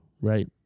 right